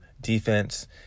defense